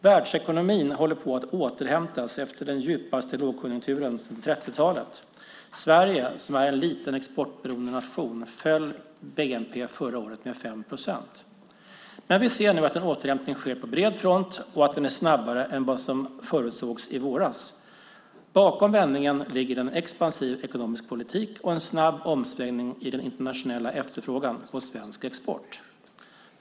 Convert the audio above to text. Världsekonomin håller på att återhämtas efter den djupaste lågkonjunkturen sedan 1930-talet. I Sverige, som är en liten exportberoende nation, föll bnp förra året med 5 procent. Vi ser dock att en återhämtning sker på bred front och att den är snabbare än vad som förutsågs i våras. Bakom vändningen ligger en expansiv ekonomisk politik och en snabb omsvängning i den internationella efterfrågan på svensk export.